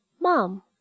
mom